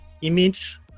image